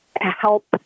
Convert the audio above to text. help